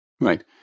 Right